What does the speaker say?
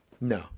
No